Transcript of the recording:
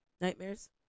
Nightmares